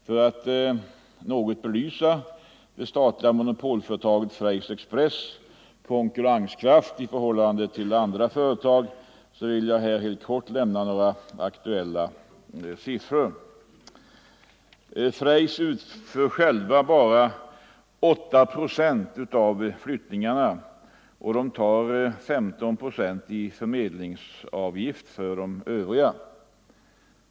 För att något belysa konkurrenskraften hos det statliga monopolföretaget Freys express i förhållande till andra företag vill jag här helt kort nämna några aktuella siffror. Freys utför självt bara 8 procent av flyttningarna, och företaget tar 15 procent i förmedlingsavgift för de övriga.